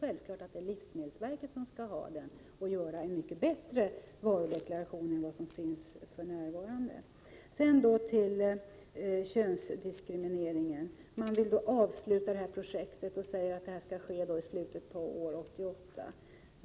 Självfallet är det livsmedelsverket som skall ha till uppgift att åstadkomma en mycket bättre varudeklaration än den som finns för närvarande. Man vill att konsumentverkets projekt om könsdiskriminerande reklam skall vara avslutat under 1988.